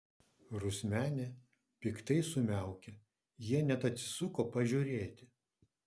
rusmenė piktai sumiaukė jie net atsisuko pažiūrėti